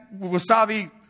wasabi